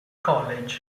college